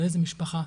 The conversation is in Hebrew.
לאיזו משפחה.